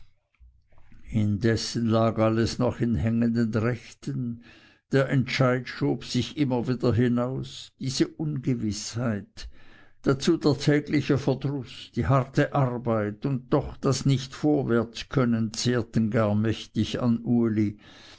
indessen lag alles noch in hängenden rechten der entscheid schob sich immer wieder hinaus diese ungewißheit dazu der tägliche verdruß die harte arbeit und doch das nichtvorwärtskönnen zehrten gar mächtig an uli